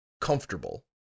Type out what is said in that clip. comfortable